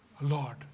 Lord